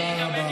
תודה רבה.